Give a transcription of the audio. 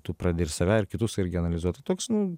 tu pradedi ir save ir kitus irgi analizuot tai toks nu